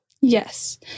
Yes